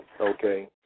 Okay